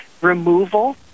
removal